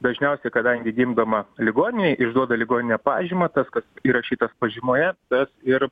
dažniausiai kadangi gimdoma ligoninėj išduoda ligoninė pažymą tas kas įrašytas pažymoje tas ir